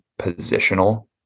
positional